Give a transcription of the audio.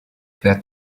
that